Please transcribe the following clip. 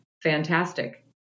Fantastic